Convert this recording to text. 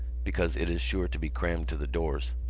because it is sure to be crammed to the doors.